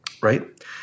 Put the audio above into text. Right